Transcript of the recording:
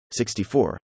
64